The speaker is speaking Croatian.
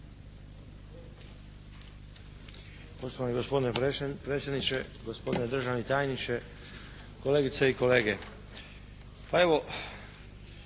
Hvala vam